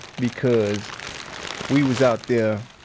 because we was out there,